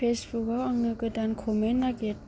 फेसबुकआव आंनो गोदान कमेन्ट नागिर